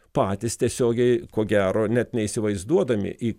patys tiesiogiai ko gero net neįsivaizduodami į